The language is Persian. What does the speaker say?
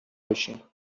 بشیم